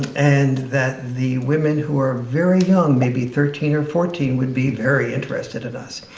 and that the women who are very young, maybe thirteen or fourteen would be very interested in us.